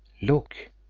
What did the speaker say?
look!